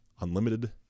unlimited